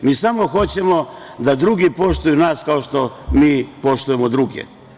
Mi samo hoćemo da drugi poštuju nas kao što mi poštujemo druge.